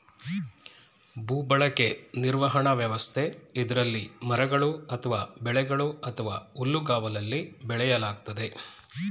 ಭೂಬಳಕೆ ನಿರ್ವಹಣಾ ವ್ಯವಸ್ಥೆ ಇದ್ರಲ್ಲಿ ಮರಗಳು ಅಥವಾ ಬೆಳೆಗಳು ಅಥವಾ ಹುಲ್ಲುಗಾವಲಲ್ಲಿ ಬೆಳೆಯಲಾಗ್ತದೆ